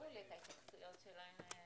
12:05.